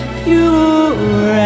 pure